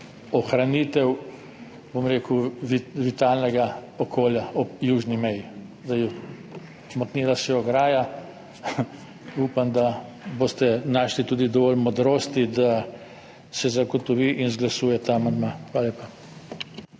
ohranitev vitalnega okolja ob južni meji. Zdaj, umaknila se je ograja, upam, da boste našli tudi dovolj modrosti, da se zagotovi in izglasuje ta amandma. Hvala lepa.